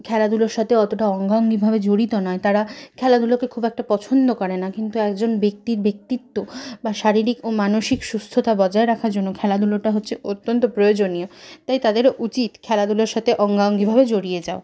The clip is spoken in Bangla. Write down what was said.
খেলাধুলোর সাথে অতোটা অঙ্গাঙ্গীভাবে জড়িত নয় তারা খেলাধুলোকে খুব একটা পছন্দ করে না কিন্তু একজন ব্যক্তির ব্যক্তিত্ব বা শারীরিক ও মানসিক সুস্থতা বজায় রাখার জন্য খেলাধুলোটা হচ্ছে অত্যন্ত প্রয়োজনীয় তাই তাদেরও উচিত খেলাধুলোর সাথে অঙ্গাঙ্গীভাবে জড়িয়ে যাওয়া